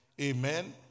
Amen